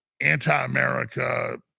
anti-America